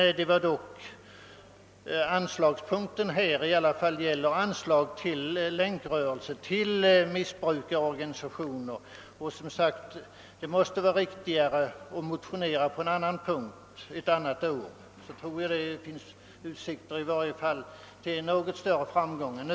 Punkten gäller dock anslag till Länkrörelsen m.m., d.v.s. till missbrukarprganisationer, och det måste, som sagt, vara riktigare att motionera på en annan punkt ett annat år. Jag tror att det i så fall finns utsikter till något större framgång än nu.